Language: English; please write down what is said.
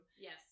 Yes